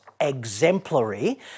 exemplary